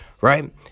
right